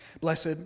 Blessed